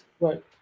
Right